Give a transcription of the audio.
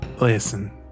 Listen